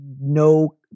no